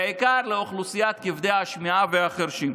בעיקר לאוכלוסיית כבדי השמיעה והחירשים.